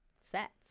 sets